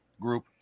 group